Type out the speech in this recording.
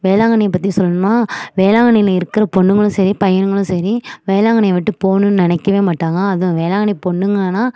வேளாங்கண்ணியை பற்றி சொல்லணுன்னா வேளாங்கண்ணியில் இருக்கிற பொண்ணுகளும் சரி பையனுகளும் சரி வேளாங்கண்ணியை விட்டுப் போகணுன்னு நினக்கவே மாட்டாங்க அதுவும் வேளாங்கண்ணி பொண்ணுங்கன்னா